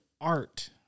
art